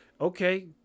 Okay